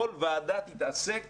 כל ועדה תתעסק